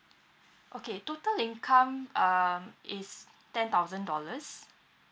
okay total income um is ten thousand dollars